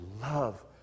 love